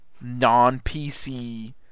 non-PC